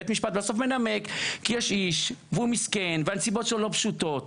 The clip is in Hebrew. בית משפט בסוף מנמק: כי יש איש והוא מסכן והנסיבות שלו לא פשוטות.